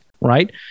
right